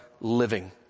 living